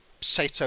Sato